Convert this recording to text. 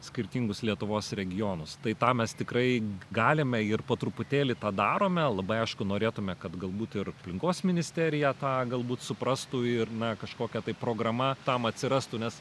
skirtingus lietuvos regionus tai tą mes tikrai galime ir po truputėlį padarome labai aišku norėtume kad galbūt ir aplinkos ministerija tą galbūt suprastų ir na kažkokia tai programa tam atsirastų nes